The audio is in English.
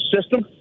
system